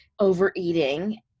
overeating